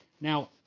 Now